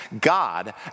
God